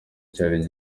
cyari